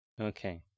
Okay